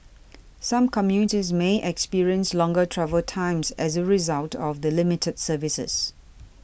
some commuters may experience longer travel times as a result of the limited services